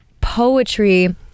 poetry